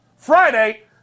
Friday